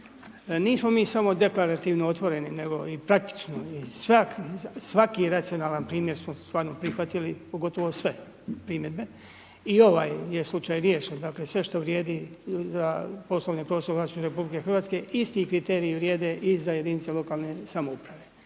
Nismo mi samo deklarativno otvoreni nego i praktično i svaki racionalan primjer smo stvarno prihvatili, pogotovo sve primjedbe. I ovaj je slučaj riješen. Dakle sve što vrijedi za poslovni prostor u vlasništvu RH isti kriteriji vrijede i za jedinice lokalne samouprave.